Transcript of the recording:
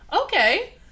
Okay